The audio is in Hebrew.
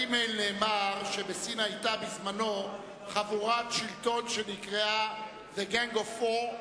באימייל נאמר שבסין היתה בזמנה חבורת שלטון שנקראה "The gang of Four",